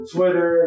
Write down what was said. Twitter